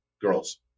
girls